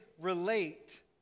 relate